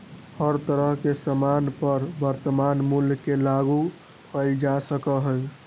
हर तरह के सामान पर वर्तमान मूल्य के लागू कइल जा सका हई